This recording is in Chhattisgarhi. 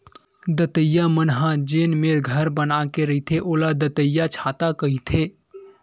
दतइया मन ह जेन मेर घर बना के रहिथे ओला दतइयाछाता कहिथे